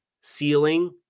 ceiling